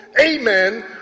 amen